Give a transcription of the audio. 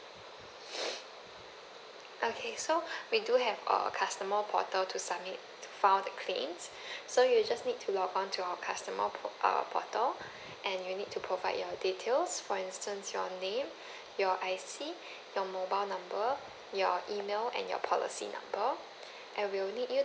okay so we do have a customer portal to submit to file the claims so you just need to log on to our customer port~ uh portal and you need to provide your details for instance your name your I_C your mobile number your email and your policy number and we'll need you